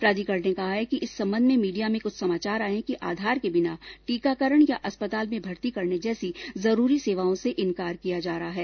प्राधिकरण ने कहा है कि इस संबंध में मीडिया में कुछ समाचार आए हैं कि आधार के बिना टीकाकरण या अस्पताल में भर्ती करने जैसी जरूरी सेवाओं से इंकार किया जा रहा है